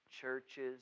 churches